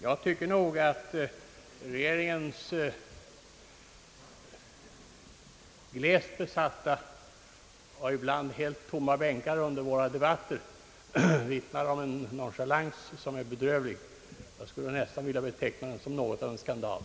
Jag tycker nog att regeringens glest besatta och ibland helt tomma bänkar under våra debatter vittnar om en nonchalans, som är bedrövlig. Jag skulle nästan vilja beteckna den som något av en skandal.